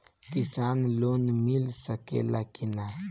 किसान लोन मिल सकेला कि न?